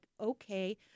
okay